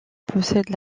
possède